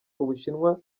ubushinwa